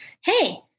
hey